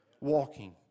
walking